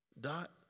Dot